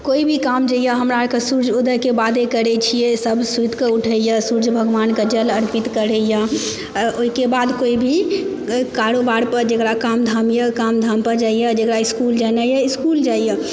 कोइ भी काम जे यऽ हमरा आरके सूर्ज उदयके बादे करै छियै सब सुति कऽ उठै यऽ सूर्ज भगवानके जल अर्पित करै यऽ ओहिके बाद कोइ भी कारोबार जकरा काम धाम यऽ काम धाम पर जाइ यऽ जेकरा इसकुल जेनाइ यऽ इसकुल जाइया